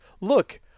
look